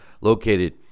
located